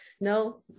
No